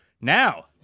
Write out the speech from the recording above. Now